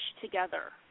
together